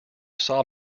saw